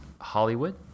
Hollywood